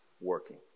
working